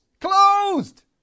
Closed